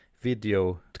video